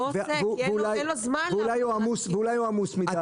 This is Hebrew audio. אולי הוא עמוס מידי?